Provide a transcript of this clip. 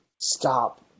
stop